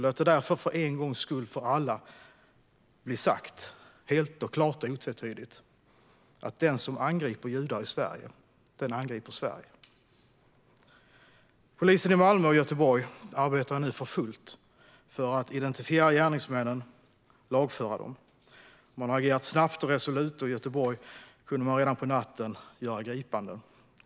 Låt det därför klart och tydligt, en gång för alla och otvetydigt bli sagt: Den som angriper judar i Sverige, den angriper Sverige. Polisen i Malmö och Göteborg arbetar nu för fullt för att identifiera gärningsmännen och lagföra dem. Man har agerat snabbt och resolut, och i Göteborg kunde man redan på natten göra gripanden.